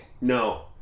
No